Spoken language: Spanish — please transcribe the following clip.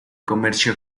comercio